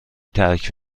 ترک